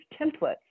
templates